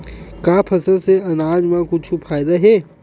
का फसल से आनाज मा कुछु फ़ायदा हे?